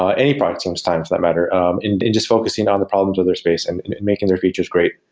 ah any product team's time for that matter um and just focusing on the problems with their space and making their features great.